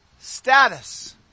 status